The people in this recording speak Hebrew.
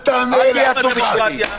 אל תהיה עצוב בשבילי.